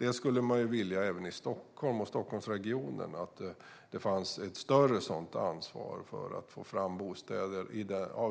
Man skulle vilja att det även i Stockholm och Stockholmsregionen fanns ett större ansvar för att få fram